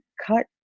cut